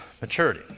maturity